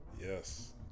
Yes